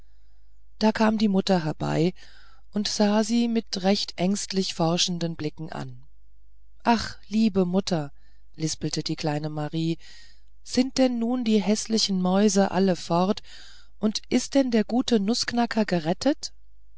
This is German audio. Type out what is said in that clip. da kam die mutter herbei und sah sie mit recht ängstlich forschenden blicken an ach liebe mutter lispelte die kleine marie sind denn nun die häßlichen mäuse alle fort und ist denn der gute nußknacker gerettet